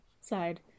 side